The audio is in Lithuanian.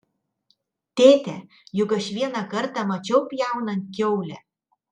tėte juk aš vieną kartą mačiau pjaunant kiaulę